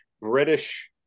British